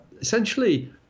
essentially